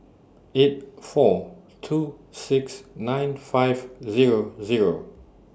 eight four two six nine five Zero Zero